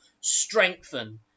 strengthen